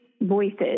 voices